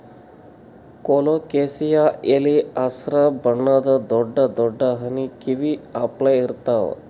colocasia ಎಲಿ ಹಸ್ರ್ ಬಣ್ಣದ್ ದೊಡ್ಡ್ ದೊಡ್ಡ್ ಆನಿ ಕಿವಿ ಅಪ್ಲೆ ಇರ್ತವ್